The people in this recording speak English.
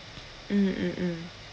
mm mm mm